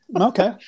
Okay